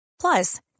Plus